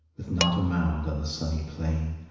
with not a mound on the sunny plain,